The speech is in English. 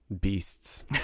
Beasts